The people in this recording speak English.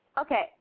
Okay